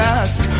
ask